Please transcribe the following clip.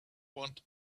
want